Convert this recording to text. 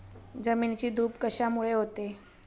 जमिनीची धूप कशामुळे होते?